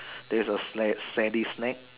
there's a sla~ sandy snake